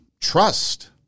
trust